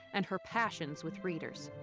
and her passions with readers.